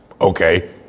okay